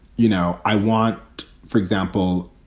you know, i want, for example,